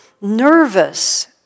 nervous